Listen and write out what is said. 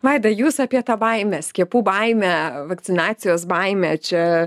vaida jūs apie tą baimę skiepų baimę vakcinacijos baimę čia